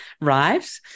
right